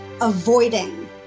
avoiding